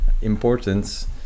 importance